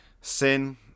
sin